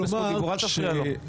אל תפריע לו.